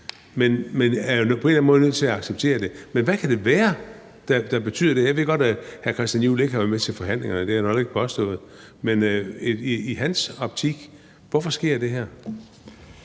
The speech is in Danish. de er jo på en eller anden måde nødt til at acceptere det. Men hvad kan det være, der betyder det? Jeg ved godt, at hr. Christian Juhl ikke har været med til forhandlingerne, og det har han jo heller ikke påstået, men hvorfor sker det her